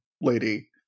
Lady